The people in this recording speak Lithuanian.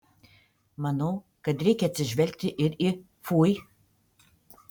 manau kad reikia atsižvelgti ir į fui